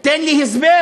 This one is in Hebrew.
תן לי הסבר.